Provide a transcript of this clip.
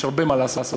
יש הרבה מה לעשות,